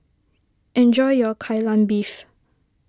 enjoy your Kai Lan Beef